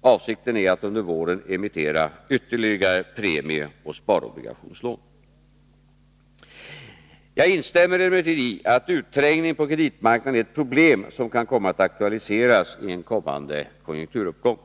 Avsikten är att under våren emittera ytterligare premieoch sparobligationslån. Jag instämmer emellertid i att utträngning på kreditmarknaden är ett problem som kan komma att aktualiseras i en kommande konjunkturuppgång.